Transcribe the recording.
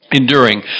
Enduring